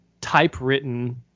typewritten